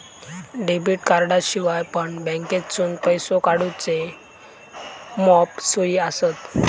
debit कार्डाशिवाय पण बँकेतसून पैसो काढूचे मॉप सोयी आसत